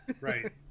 right